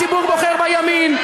הציבור בוחר בימין,